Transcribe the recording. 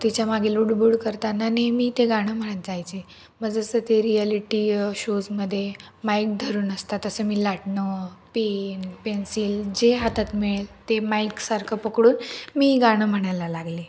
तिच्यामागे लुडबूड करताना नेहमी ते गाणं म्हणत जायचे मग जसं ते रियालिटी शोजमध्ये माईक धरून असतात तसं मी लाटणं पेन पेन्सिल जे हातात मिळेल ते माईकसारखं पकडून मी गाणं म्हणायला लागले